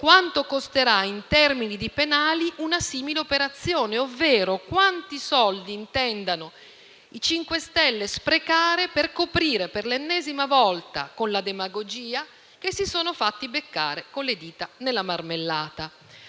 quanto costerà in termini di penali una simile operazione, ovvero quanti soldi intendano i Cinque Stelle sprecare per coprire per l'ennesima volta con la demagogia che si sono fatti beccare con le dita nella marmellata.